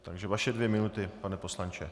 Takže vaše dvě minuty, pane poslanče.